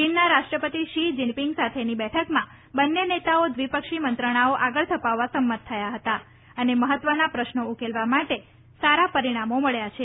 ચીનના રાષ્ટ્રપતિ Xi Jinping સાથેની બેઠકમાં બન્ને નેતાઓ દ્વિપક્ષી મંત્રણાઓ આગળ ધપાવવા સમત થયા હતા અને મહત્વના પ્રશ્નો ઉકેલવા માટે સારાં પરિણા મળ્યાં છે